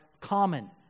common